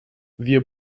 wir